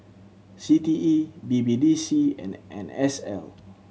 C T E B B D C and N S L